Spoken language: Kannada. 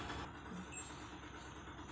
ವಿಮೆ ಪಡಿಯೋದ ಹೆಂಗ್?